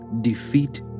defeat